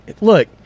Look